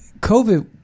COVID